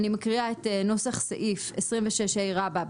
אני מקריאה את נוסח סעיף 26ה(ב)(2):